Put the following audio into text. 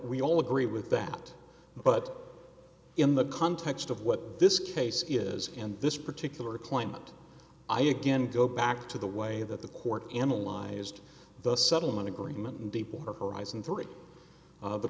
we all agree with that but in the context of what this case is and this particular climate i again go back to the way that the court analyzed the settlement agreement in deepwater horizon three of the